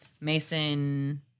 Mason